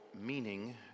meaning